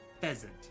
pheasant